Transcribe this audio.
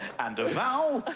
and a vowel.